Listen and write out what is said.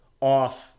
off